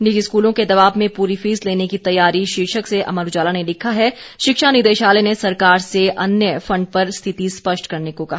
निजी स्कूलों के दबाव में पूरी फीस लेने की तैयारी शीर्षक से अमर उजाला ने लिखा है शिक्षा निदेशालय ने सरकार से अन्य फंड पर स्थिति स्पष्ट करने को कहा